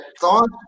thought